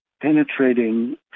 penetrating